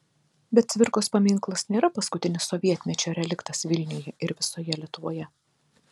bet cvirkos paminklas nėra paskutinis sovietmečio reliktas vilniuje ir visoje lietuvoje